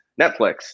Netflix